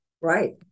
Right